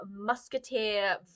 musketeer